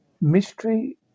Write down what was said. Mystery